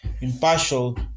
impartial